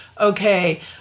Okay